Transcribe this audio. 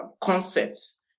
concepts